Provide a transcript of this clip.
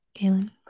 Kaylin